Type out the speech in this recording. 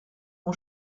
mon